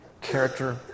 character